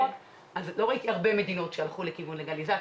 לא ראיתי הרבה מדינות שהלכו לכיוון של לגליזציה.